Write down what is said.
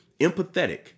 empathetic